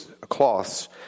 cloths